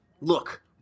Look